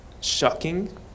shocking